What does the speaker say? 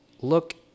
look